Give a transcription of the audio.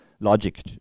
logic